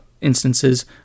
instances